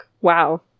wow